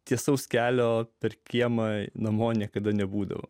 tiesaus kelio per kiemą namo niekada nebūdavo